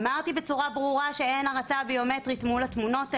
אמרתי בצורה ברורה שאין הרצה ביומטרית מול התמונות האלה.